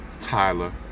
Tyler